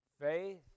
Faith